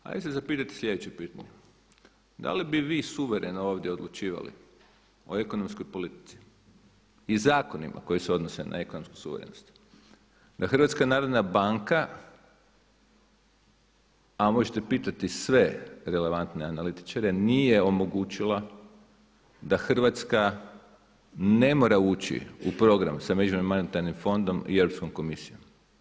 Ajde se zapitajte sljedeće, da li bi vi suvereno ovdje odlučivali o ekonomskoj politici i zakonima koji se odnose na ekonomsku suverenost da HNB a možete pitati sve relevantne analitičare nije omogućila da Hrvatska ne mora ući u program sa MMF-om i Europskom komisijom.